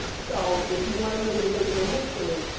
so if you wanna know your radio history,